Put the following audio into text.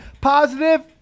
positive